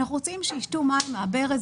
אנחנו רוצים שישתו מים מן הברז,